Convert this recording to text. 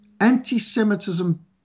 anti-Semitism